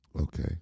Okay